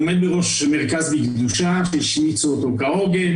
עומד בראש מרכז "בקדושה" השמיצו אותו כהוגן